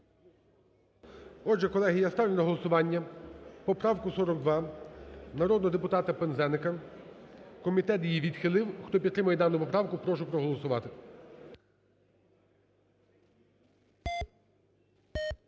Отже, колеги, я ставлю на голосування поправку 42 народного депутата Пинзеника, комітет її відхилив. Хто підтримує дану поправку, прошу проголосувати.